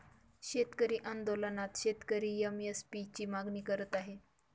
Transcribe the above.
शेतकरी आंदोलनात शेतकरी एम.एस.पी ची मागणी करत आहे